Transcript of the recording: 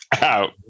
out